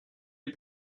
est